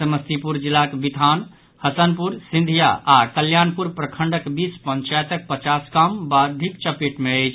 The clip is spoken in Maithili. समस्तीपुर जिलाक बिथान हसनपुर सिंधिया आओर कल्याणपुर प्रखण्डक बीस पंचायतक पचास गाम बाढ़िक चपेट मे अछि